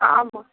ஆமாம்